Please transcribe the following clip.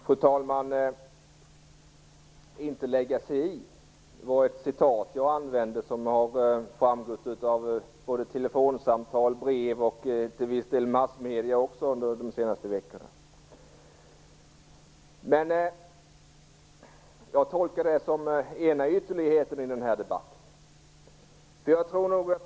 Fru talman! Att inte lägga sig i är ett uttryck som under de senaste veckorna har framkommit vid telefonsamtal, i brev och i massmedierna. Men detta är den ena ytterligheten i debatten.